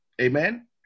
Amen